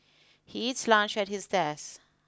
he eats lunch at his desk